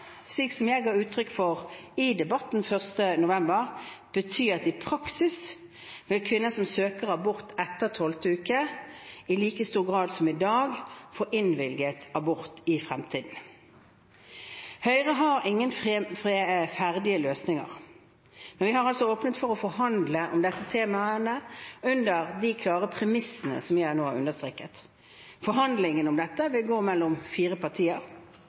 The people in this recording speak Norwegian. slik jeg ga uttrykk for i Debatten 1. november, i praksis bety at kvinner som søker abort etter tolvte uke, i like stor grad som i dag vil få innvilget abort i fremtiden. Høyre har ingen ferdige løsninger, men vi har altså åpnet for å forhandle om dette temaet under de klare premissene som jeg nå har understreket. Forhandlingene om dette vil gå mellom fire partier.